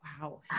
Wow